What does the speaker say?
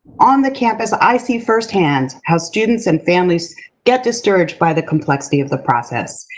on the campus, i see firsthand how students and families get discouraged by the complexity of the process.